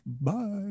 Bye